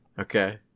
Okay